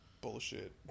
bullshit